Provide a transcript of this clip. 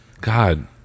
God